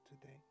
today